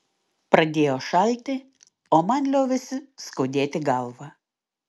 pradėjo šalti o man liovėsi skaudėti galvą